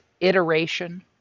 iteration